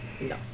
no